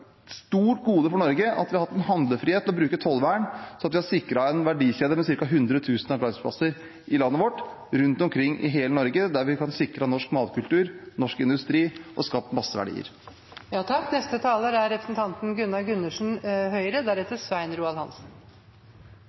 gode for Norge at vi har hatt handlefrihet til å bruke tollvern, sånn at vi har sikret en verdikjede med ca. 100 000 arbeidsplasser i landet vårt – rundt omkring i hele Norge – der vi har sikret norsk matkultur og norsk industri og skapt masse verdier. Til foregående taler: Det er